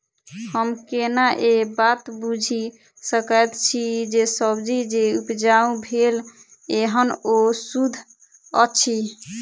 हम केना ए बात बुझी सकैत छी जे सब्जी जे उपजाउ भेल एहन ओ सुद्ध अछि?